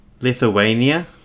Lithuania